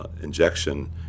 injection